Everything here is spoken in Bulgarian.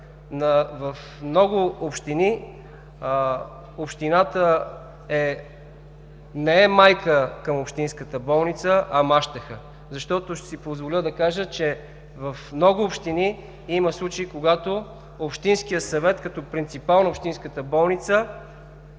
в много общини, общината не е майка към общинската болница, а мащеха. Ще си позволя да кажа, че в много общини има случаи когато общинският съвет като принципал на общинската болница отнема